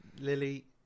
Lily